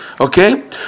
okay